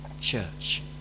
church